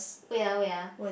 wait ah wait ah